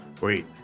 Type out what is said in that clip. Wait